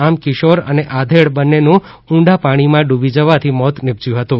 આમ કિશોર અને આધેડ બંનેનું ઊંડા પાણીમાં ડૂબી જવાથી મોત નિપજ્યુ હતુ